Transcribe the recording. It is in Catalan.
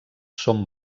són